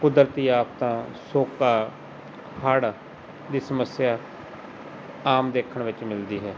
ਕੁਦਰਤੀ ਆਫ਼ਤਾਂ ਸੋਕਾ ਹੜ੍ਹ ਦੀ ਸਮੱਸਿਆ ਆਮ ਦੇਖਣ ਵਿੱਚ ਮਿਲਦੀ ਹੈ